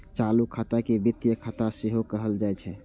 चालू खाता के वित्तीय खाता सेहो कहल जाइ छै